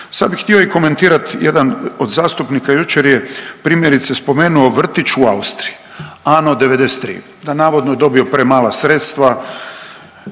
Sad bih htio i komentirat, jedan od zastupnika jučer je primjerice spomenuo vrtić u Austriji, ANNO'93, navodno je dobio premala sredstva